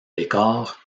décors